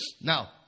Now